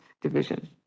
division